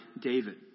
David